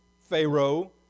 Pharaoh